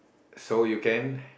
so you can